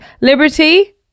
Liberty